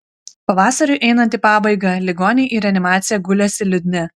pavasariui einant į pabaigą ligoniai į reanimaciją gulėsi liūdni